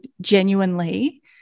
genuinely